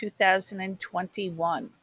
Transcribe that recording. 2021